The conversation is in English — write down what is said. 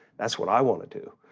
that's what i wanna do.